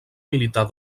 militar